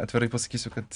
atvirai pasakysiu kad